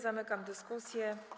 Zamykam dyskusję.